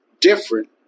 different